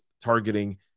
targeting